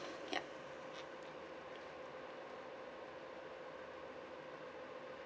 yup